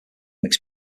mix